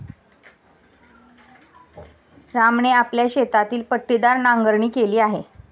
रामने आपल्या शेतातील पट्टीदार नांगरणी केली